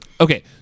okay